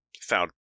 found